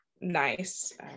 nice